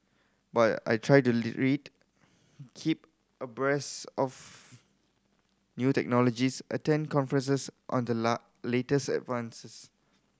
but I try to read keep abreast of new technologies attend conferences on the latest advances